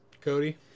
Cody